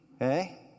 okay